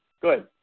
good